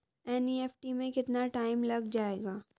NEFT में कितना time लग जाएगा?